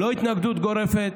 לא התנגדות גורפת.